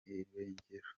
irengero